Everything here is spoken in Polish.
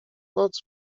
noc